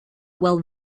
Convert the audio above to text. while